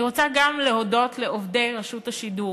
אני רוצה גם להודות לעובדי רשות השידור,